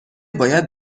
باید